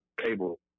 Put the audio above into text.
cable